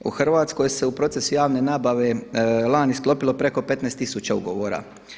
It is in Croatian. U Hrvatskoj se u procesu javne nabave lani sklopilo preko 15 tisuća ugovora.